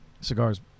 Cigars